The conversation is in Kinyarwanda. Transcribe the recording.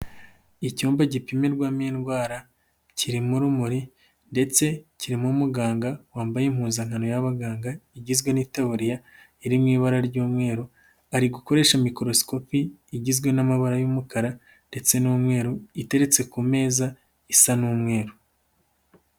Icyumba gipimirwamo indwara kiririmo urumuri ndetse kirimo umuganga wambaye impuzankano y'abaganga igizwe n'itaburiya iri mu ibara ry'umweru, bari gukoresha mikorosikopi igizwe n'amabara y'umukara ndetse n'umweru iteretse ku meza isa n'umweru.